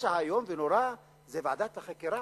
הפשע האיום ונורא זה ועדת החקירה,